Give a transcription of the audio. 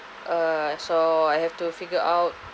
err so I have to figure out